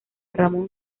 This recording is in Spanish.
ramón